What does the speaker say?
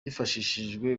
hifashishijwe